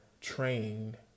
trained